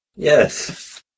Yes